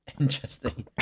Interesting